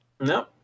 No